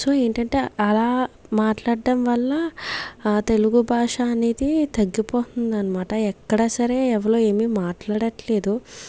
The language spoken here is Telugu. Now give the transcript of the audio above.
సో ఏంటంటే అలా మాట్లాడ్డం వల్ల తెలుగు భాష అనేది తగ్గిపోతుందనమాట ఎక్కడా సరే ఎవలు ఏమి మాట్లాడట్లేదు